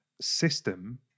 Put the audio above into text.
system